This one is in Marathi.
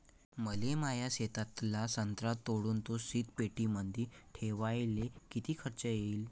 मले माया शेतातला संत्रा तोडून तो शीतपेटीमंदी ठेवायले किती खर्च येईन?